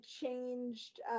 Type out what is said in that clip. changed